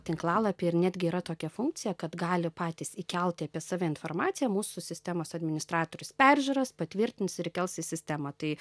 tinklalapy ir netgi yra tokia funkcija kad gali patys įkelti apie save informaciją mūsų sistemos administratorius peržiūrės patvirtins ir įkels į sistemą tai